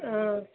অ'